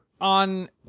on